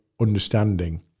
understanding